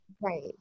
right